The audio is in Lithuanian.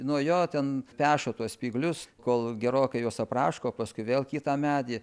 nuo jo ten peša tuos spyglius kol gerokai juos apraško paskui vėl kitą medį